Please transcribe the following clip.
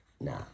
nah